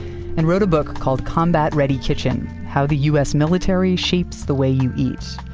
and wrote a book called combat-ready kitchen how the u s. military shapes the way you eat.